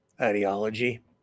ideology